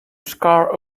scare